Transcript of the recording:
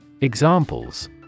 Examples